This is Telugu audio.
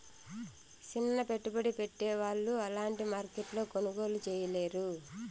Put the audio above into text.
సిన్న పెట్టుబడి పెట్టే వాళ్ళు అలాంటి మార్కెట్లో కొనుగోలు చేయలేరు